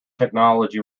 technology